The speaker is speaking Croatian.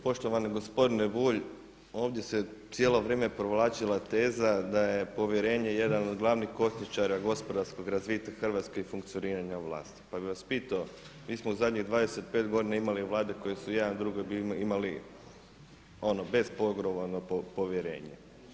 Poštovani gospodine Bulj, ovdje se cijelo vrijeme provlačila teza da je povjerenje jedno od glavnih kočničara gospodarskog razvitka Hrvatske i funkcioniranja vlasti, pa bih vas pitao mi smo zadnjih 25 godina imali vlade koje su jedne drugoj imale bespogovorno povjerenje.